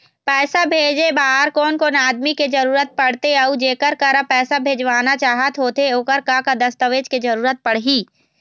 पैसा भेजे बार कोन कोन आदमी के जरूरत पड़ते अऊ जेकर करा पैसा भेजवाना चाहत होथे ओकर का का दस्तावेज के जरूरत पड़ही?